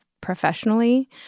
professionally